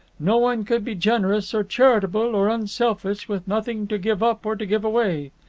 no one could be generous, or charitable, or unselfish, with nothing to give up or to give away.